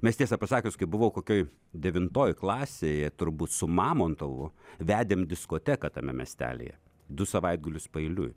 mes tiesą pasakius kai buvo kokioj devintoj klasėje turbūt su mamontovu vedėm diskoteką tame miestelyje du savaitgalius paeiliui